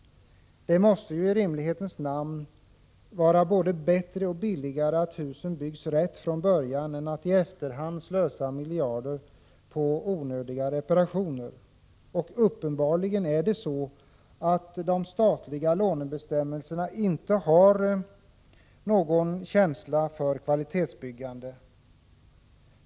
Det måste i rimlighetens namn bli både bättre och billigare att husen byggs rätt från början än att man i efterhand slösar miljarder på onödiga reparationer. Uppenbarligen finns det i de statliga lånebestämmelserna ingen känsla för kvalitetsbyggande.